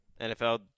NFL